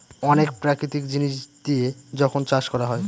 অনেক প্রাকৃতিক জিনিস দিয়ে যখন চাষ করা হয়